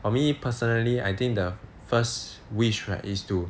for me personally I think the first wish right is to